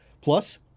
Plus